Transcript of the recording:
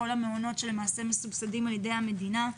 כל המעונות שלמעשה מסובסדים על ידי המדינה.